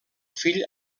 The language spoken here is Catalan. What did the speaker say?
fill